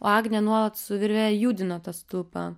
o agnė nuolat su virve judino tą stulpą